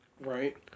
Right